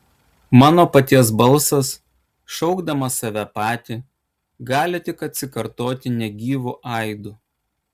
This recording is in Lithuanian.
mano paties balsas šaukdamas save patį gali tik atsikartoti negyvu aidu